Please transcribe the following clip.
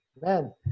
man